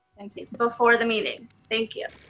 thank you. before the meeting, thank you.